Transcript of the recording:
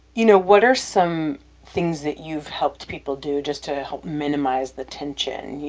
you know, what are some things that you've helped people do just to help minimize the tension? you